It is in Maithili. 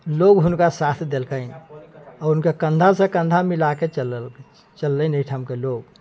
लोग हुनका साथ देलकनि आ हुनका कन्धा सऽ कन्धा मिलाके चललनि एहिठाम के लोग